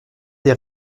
des